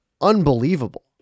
unbelievable